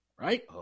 Right